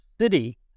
city